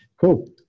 Cool